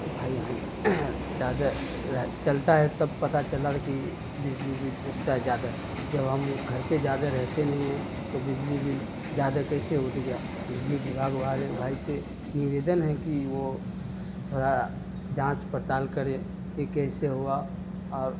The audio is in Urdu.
بھائی ہم زیادہ چلتا ہے تب پتہ چلا ہے کہ بجلی بل اٹھتا ہے زیادہ جب ہم گھر پہ زیادہ رہتے نہیں ہیں تو بجلی بل زیادہ کیسے اٹھ گیا بجلی وبھاگ والے بھائی سے نویدن ہے کہ وہ تھوڑا جانچ پڑتال کرے یہ کیسے ہوا اور